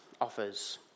offers